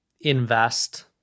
invest